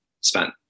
spent